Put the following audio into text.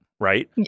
Right